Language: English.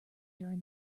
during